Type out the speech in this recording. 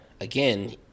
Again